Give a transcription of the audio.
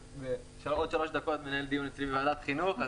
אני עוד שלוש דקות מנהל דיון אצלי בוועדת חינוך.